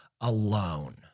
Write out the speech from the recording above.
alone